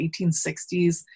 1860s